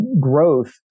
growth